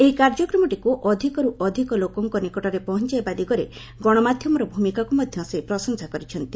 ଏହି କାର୍ଯ୍ୟକ୍ରମଟିକୁ ଅଧିକରୁ ଅଧିକ ଲୋକଙ୍କ ନିକଟରେ ପହଞ୍ଚାଇବା ଦିଗରେ ଗଣମାଧ୍ୟମର ଭୂମିକାକୁ ମଧ୍ୟ ସେ ପ୍ରଶଂସା କରିଛନ୍ତି